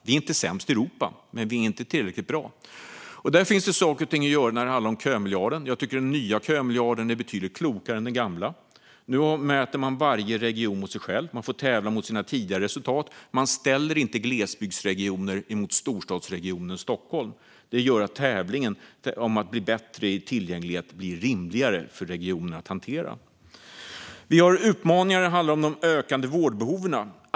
Vi är inte sämst i Europa, men vi är inte tillräckligt bra. Där finns det saker och ting att göra när det handlar om kömiljarden. Jag tycker att den nya kömiljarden är betydligt klokare än den gamla. Nu mäter man varje region mot sig själv. Man får tävla mot sina tidigare resultat. Glesbygdsregioner ställs inte mot storstadsregionen Stockholm. Det gör att tävlingen om att bli bättre i fråga om tillgänglighet blir rimligare för regionerna att hantera. Vi har utmaningar som handlar om de ökande vårdbehoven.